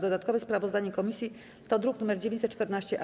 Dodatkowe sprawozdanie komisji to druk nr 914-A.